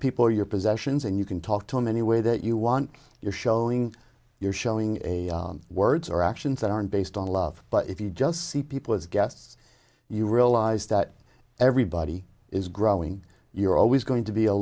are your possessions and you can talk to them any way that you want you're showing you're showing a words or actions that aren't based on love but if you just see people as guests you realize that everybody is growing you're always going to be a